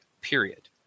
period